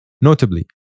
Notably